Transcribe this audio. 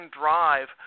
drive